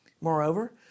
Moreover